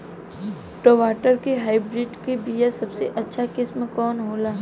टमाटर के हाइब्रिड क बीया सबसे अच्छा किस्म कवन होला?